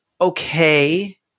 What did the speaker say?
okay